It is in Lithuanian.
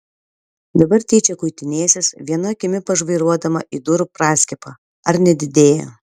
dabar tyčia kuitinėsis viena akimi pažvairuodama į durų praskiepą ar nedidėja